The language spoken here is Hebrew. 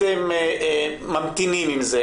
אתם ממתינים עם זה,